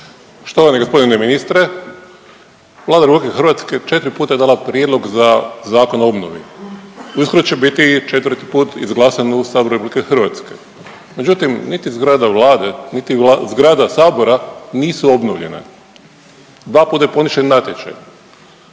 Štovani g. ministre. Vlada RH četri puta je dala prijedlog za Zakon o obnovi, uskoro će biti i četvrti put izglasan u Saboru RH, međutim niti zgrada Vlade, niti zgrada Sabora nisu obnovljene. Dva puta je poništen natječaj.